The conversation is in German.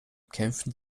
kämpften